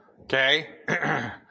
Okay